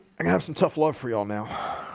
i can have some tough love for y'all now